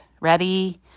Ready